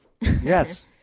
Yes